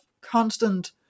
constant